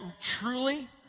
truly